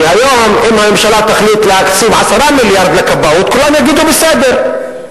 כי היום אם הממשלה תחליט להקציב 10 מיליארד לכבאות כולם יגידו "בסדר".